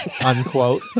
unquote